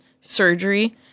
surgery